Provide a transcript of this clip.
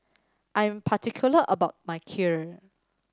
I am particular about my Kheer